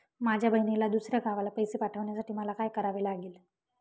माझ्या बहिणीला दुसऱ्या गावाला पैसे पाठवण्यासाठी मला काय करावे लागेल?